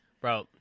Bro